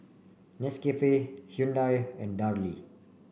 Nescafe Hyundai and Darlie